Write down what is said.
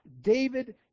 David